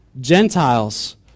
Gentiles